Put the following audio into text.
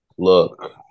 Look